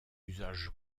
usage